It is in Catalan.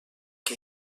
que